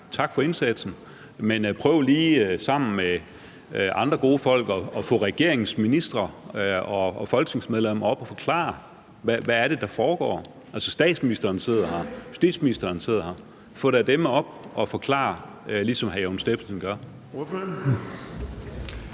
Tak for indsatsen, men prøv lige sammen med andre gode folk at få regeringens ministre og folketingsmedlemmer til at komme op og forklare, hvad det er, der foregår. Altså, statsministeren sidder her, og justitsministeren sidder her: Få da dem til at komme op og forklare det, ligesom hr. Jon Stephensen gør